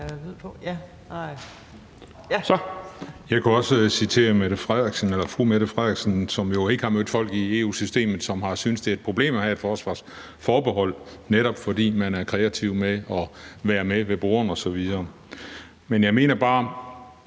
Jeg kunne også citere statsministeren, som jo ikke har mødt folk i EU-systemet, som har syntes, at det var et problem at have et forsvarsforbehold, netop fordi man er kreativ for at være med ved bordene osv. Men jeg mener bare,